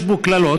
יש בו קללות,